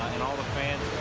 and all the fans